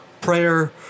prayer